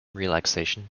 relaxation